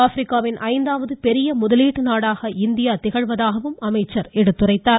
ஆப்பிரிக்காவின் ஐந்தாவது பெரிய முதலீடு நாடாக இந்தியா திகழ்வதாக அமைச்சர் தெரிவித்தார்